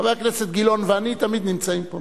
חבר הכנסת גילאון ואני תמיד נמצאים פה,